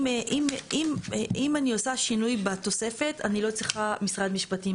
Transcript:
אם אני עושה שינוי בתוספת אני לא צריכה משרד משפטים.